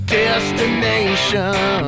destination